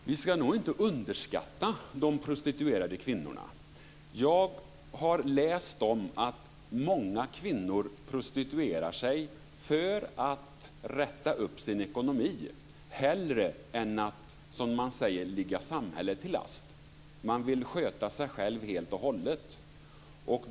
Fru talman! Vi ska nog inte underskatta de prostituerade kvinnorna. Jag har läst att många kvinnor prostituerar sig för att rätta upp sin ekonomi hellre än att, som man säger, ligga samhället till last. De vill sköta sig själva helt och hållet.